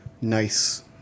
nice